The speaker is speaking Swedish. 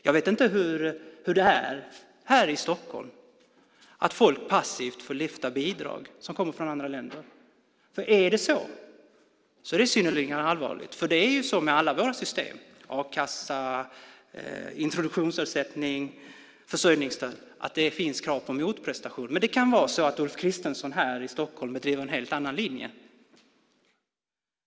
Jag vet inte hur det är i Stockholm, om folk från andra länder passivt får lyfta bidrag. Om det är så är det synnerligen allvarligt. Det är så med alla våra system - a-kassa, introduktionsersättning, försörjningsstöd - att det finns krav på motprestation. Men det kan vara så att Ulf Kristersson här i Stockholm bedriver en helt annan linje.